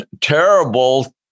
terrible